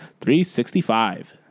$365